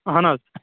اَہَن حظ